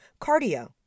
cardio